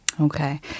Okay